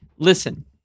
Listen